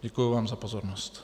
Děkuji vám za pozornost.